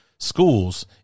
schools